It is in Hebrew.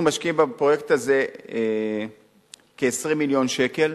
אנחנו משקיעים בפרויקט הזה כ-20 מיליון שקל.